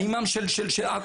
האימאם של עכו.